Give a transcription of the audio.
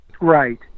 Right